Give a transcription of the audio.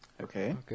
Okay